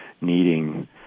needing